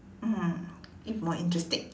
mmhmm it more interesting